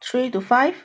three to five